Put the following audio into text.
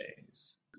days